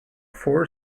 four